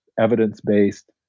evidence-based